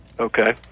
Okay